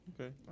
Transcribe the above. Okay